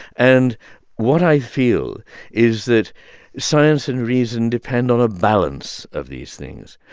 and what i feel is that science and reason depend on a balance of these things.